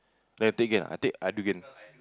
then I take again I take I do again